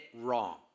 wrong